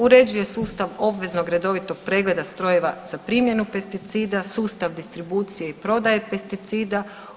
Uređuje sustav obveznog redovitog pregleda strojeva za primjenu pesticida, sustav distribucije i prodaje pesticida.